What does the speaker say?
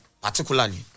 particularly